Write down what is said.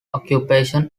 occupation